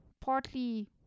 partly